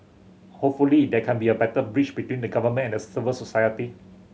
hopefully there can be a better bridge between the Government and civil society